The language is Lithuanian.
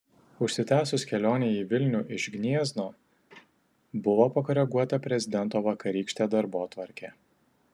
užsitęsus kelionei į vilnių iš gniezno buvo pakoreguota prezidento vakarykštė darbotvarkė